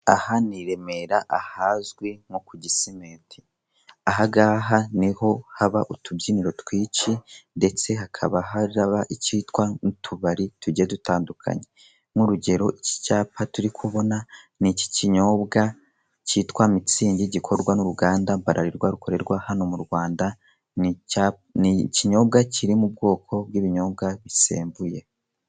Aha ni Remera ahazwi nko ku Gisimenti, ahangaha niho haba utubyiniro twinshi ndetse hakaba hari kitwa utubari tugiye dutandukanye nk'urugero icyapa turi kubona ki kinyobwa kitwa mitsingi(mitzig) gikorwa n'uruganda Bralirwa hano mu Rwanda, ni ikinyobwa kiri mu bwoko bw'ibinyobwa bisembuye